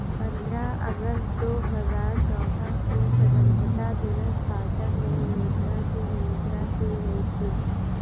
पन्द्रह अगस्त दो हजार चौदह को स्वतंत्रता दिवस भाषण में योजना की घोषणा की गयी थी